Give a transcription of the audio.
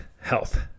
Health